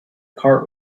cart